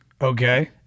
Okay